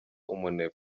umunebwe